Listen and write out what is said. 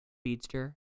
speedster